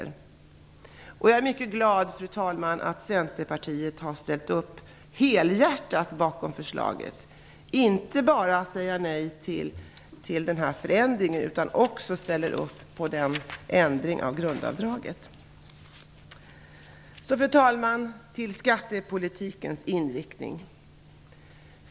Fru talman! Jag är mycket glad över att Centerpartiet har ställt upp helhjärtat bakom förslaget. Man säger inte bara nej till förändringen utan man ställer också upp på vårt förslag om ändring av grundavdraget. Fru talman! Så till skattepolitikens inriktning.